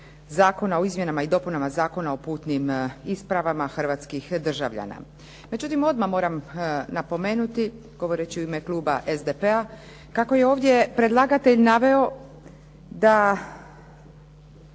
Zakona o izmjenama i dopunama Zakona o putnim ispravama hrvatskih državljana. Međutim, odmah moram napomenuti, govoreći u ime kluba SDP-a, kako je ovdje predlagatelj naveo da